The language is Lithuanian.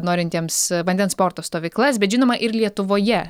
norintiems vandens sporto stovyklas bet žinoma ir lietuvoje